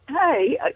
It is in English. Hey